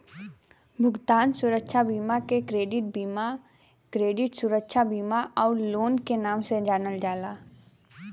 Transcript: भुगतान सुरक्षा बीमा के क्रेडिट बीमा, क्रेडिट सुरक्षा बीमा आउर लोन के नाम से जानल जाला